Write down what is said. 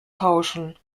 tauschen